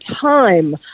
time